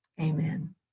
Amen